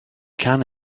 can